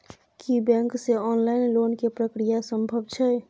की bank से online loan के प्रक्रिया संभव छै?